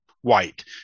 white